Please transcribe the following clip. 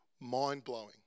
mind-blowing